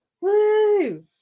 Woo